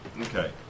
Okay